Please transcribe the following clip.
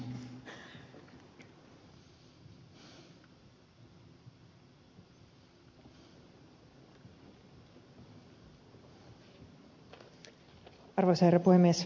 arvoisa herra puhemies